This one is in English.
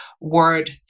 word